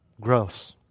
Gross